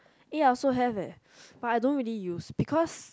eh I also have eh but I don't really use because